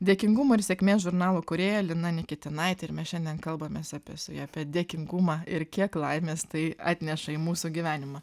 dėkingumo ir sėkmės žurnalo kūrėja lina nikitinaitė ir mes šiandien kalbamės apie su ja apie dėkingumą ir kiek laimės tai atneša į mūsų gyvenimą